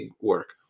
work